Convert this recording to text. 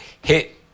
hit